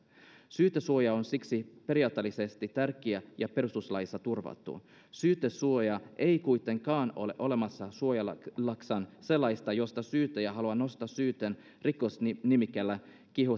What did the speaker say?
syytesuoja on siksi periaatteellisesti tärkeä ja perustuslaissa turvattu syytesuoja ei kuitenkaan ole olemassa suojellakseen sellaista josta syyttäjä haluaa nostaa syytteen rikosnimikkeellä kiihottaminen